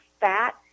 fat